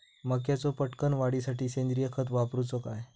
मक्याचो पटकन वाढीसाठी सेंद्रिय खत वापरूचो काय?